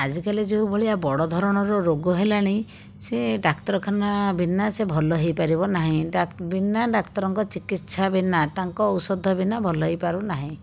ଆଜିକାଲି ଯେଉଁ ଭଳିଆ ବଡ଼ ଧରଣର ରୋଗ ହେଲାଣି ସିଏ ଡାକ୍ତରଖାନା ବିନା ସିଏ ଭଲ ହୋଇପାରିବ ନାହିଁ ଡାକ୍ତରଙ୍କ ଚିକିତ୍ସା ବିନା ତାଙ୍କ ଔଷଧ ବିନା ଭଲ ହେଇପାରୁନାହିଁ